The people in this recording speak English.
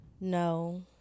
No